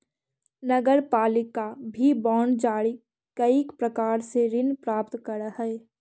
नगरपालिका भी बांड जारी कईक प्रकार से ऋण प्राप्त करऽ हई